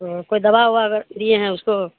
تو کوئی دوا وا دیے ہیں اس کو